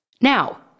Now